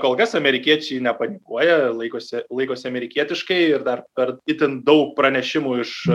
kol kas amerikiečiai nepanikuoja laikosi laikosi amerikietiškai ir dar per itin daug pranešimų iš